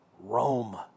Rome